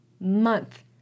month